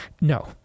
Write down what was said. No